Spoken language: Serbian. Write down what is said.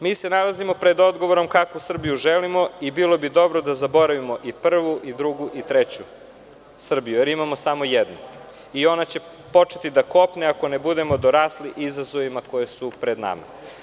Mi se nalazimo pred odgovorom kakvu Srbiju želimo i bilo bi dobro da zaboravimo i prvu i drugu i treću Srbiju jer imamo samo jednu i ona će početi da kopni ako ne budemo dorasli izazovima koji su pred nama.